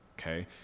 okay